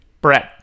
Brett